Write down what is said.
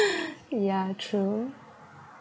yeah true